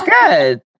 good